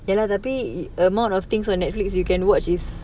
ya lah tapi the amount of things on netflix you can watch is